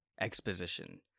exposition